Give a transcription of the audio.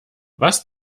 was